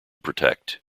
protect